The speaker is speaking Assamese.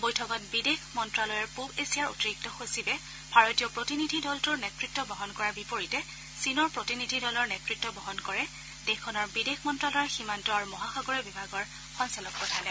বৈঠকত বিদেশ মন্ত্যালয়ৰ পূব এছিয়াৰ অতিৰিক্ত সচিবে ভাৰতীয় প্ৰতিনিধি দলটোৰ নেতৃত্ব বহন কৰাৰ বিপৰীতে চীনৰ প্ৰতিনিধি দলৰ নেত়ত্ব বহন কৰে দেশখনৰ বিদেশ মন্ত্যালয়ৰ সীমান্ত আৰু মহাসাগৰীয় বিভাগৰ সঞ্চালক প্ৰধানে